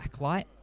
backlight